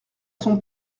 son